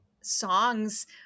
songs